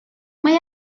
mae